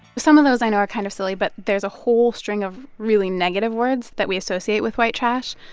some of those, i know, are kind of silly, but there's a whole string of really negative words that we associate with white trash,